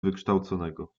wykształconego